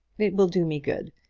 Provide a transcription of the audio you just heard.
it will do me good.